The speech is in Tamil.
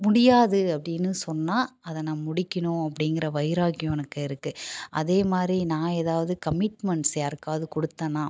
முடியாது அப்படின்னு சொன்னால் அதை நான் முடிக்கணும் அப்படிங்கிற வைராக்கியம் எனக்கு இருக்குது அதே மாதிரி நான் எதாவது கம்மிட்மெண்ட்ஸ் யாருக்காவது கொடுத்தனா